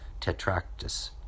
Tetractus